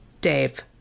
Dave